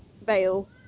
veil